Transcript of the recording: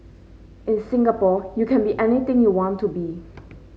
in Singapore you can be anything you want to be